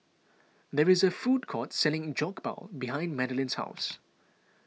there is a food court selling Jokbal behind Madalynn's house